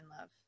love